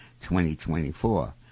2024